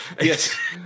Yes